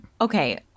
okay